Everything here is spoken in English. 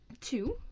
two